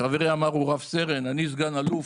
חברי אמר שהוא רב סרן; אני סגן אלוף.